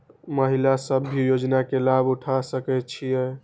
महिला सब भी योजना के लाभ उठा सके छिईय?